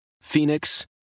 Phoenix